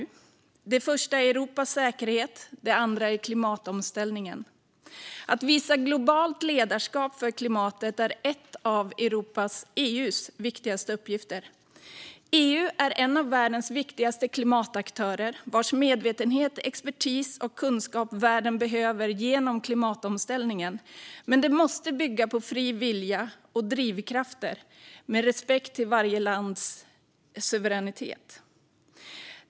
Den första är Europas säkerhet, och den andra är klimatomställningen. Att visa globalt ledarskap för klimatet är en av EU:s viktigaste uppgifter. EU är en av världens viktigaste klimataktörer, och världen behöver EU:s medvetenhet, expertis och kunskap genom klimatomställningen. Det måste dock bygga på fri vilja och drivkrafter, och det måste finnas respekt för varje lands suveränitet.